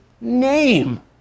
name